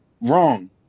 wrong